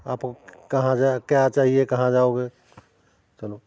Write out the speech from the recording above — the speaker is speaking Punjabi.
ਆਪ ਕਹਾਂ ਜਾ ਕਿਆ ਚਾਹੀਏ ਕਹਾਂ ਜਾਓਗੇ ਚਲੋ